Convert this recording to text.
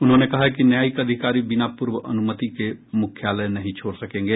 उन्होंने कहा कि न्यायिक अधिकारी बिना पूर्व अनुमति के मुख्यालय नहीं छोड़ सकेंगे